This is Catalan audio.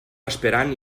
esperant